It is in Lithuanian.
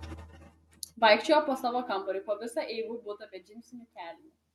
vaikščiojo po savo kambarį po visą eivų butą be džinsinių kelnių